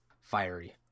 fiery